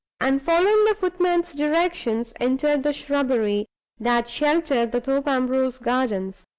and, following the footman's directions, entered the shrubbery that sheltered the thorpe ambrose gardens.